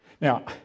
Now